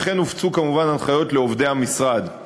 וכן הופצו כמובן הנחיות לעובדי המשרד.